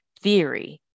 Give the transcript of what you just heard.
theory